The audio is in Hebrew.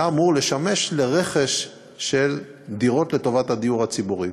היה אמור לשמש לרכש של דירות לטובת הדיור הציבורי.